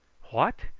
what!